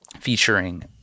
featuring